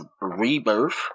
rebirth